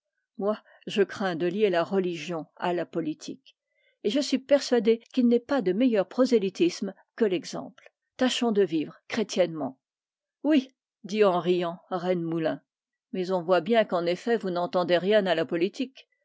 moi je crains de lier la religion à la politique et je suis persuadé qu'il n'est pas de meilleur prosélytisme que l'exemple tâchons de vivre chrétiennement oui dit en riant rennemoulin on voit bien qu'en effet vous n'entendez rien à la politique